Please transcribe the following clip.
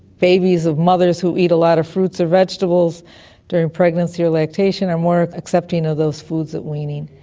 babies of mothers who eat a lot of fruits or vegetables during pregnancy or lactation are more accepting of those foods at weaning.